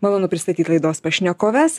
malonu pristatyt laidos pašnekoves